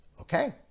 Okay